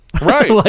Right